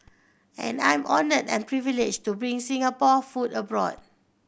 and I'm honoured and privileged to bring Singapore food abroad